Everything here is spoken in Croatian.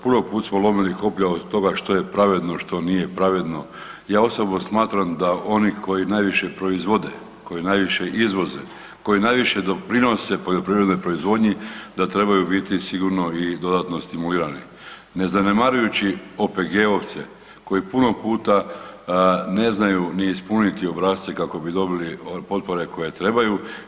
Puno put smo lomili koplja od toga što je pravedno što nije pravedno, ja osobno smatram da oni koji najviše proizvode, koji najviše izvoze, koji najviše doprinose poljoprivrednoj proizvodnji da trebaju biti sigurno i dodatno stimulirani, ne zanemarujući OPG-ovce koji puno puta ne znaju ni ispuniti obrasce kako bi dobili potpore koje trebaju.